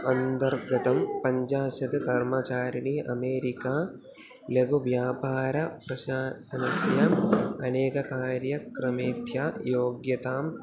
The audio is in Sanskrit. अन्तर्गतं पञ्जाषत् कर्मचारिणी अमेरिका लघु व्यापारप्रशासनस्य अनेककार्यक्रमेभ्यः योग्यताम्